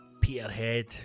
Peterhead